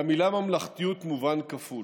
למילה "ממלכתיות" מובן כפול: